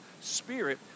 spirit